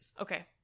Okay